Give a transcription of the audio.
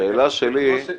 השאלה שלי --- שנייה.